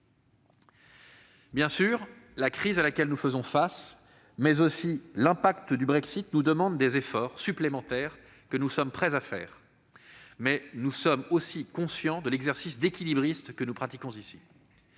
Bien entendu, la crise à laquelle nous faisons face et les effets du Brexit nous demandent des efforts supplémentaires, auxquels nous sommes prêts. Mais nous sommes aussi conscients de l'exercice d'équilibriste que nous pratiquons.